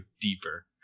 deeper